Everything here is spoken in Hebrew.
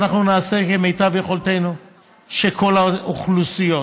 אנחנו נעשה כמיטב יכולתנו שבני כל האוכלוסיות